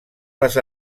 les